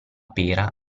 pera